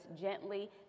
gently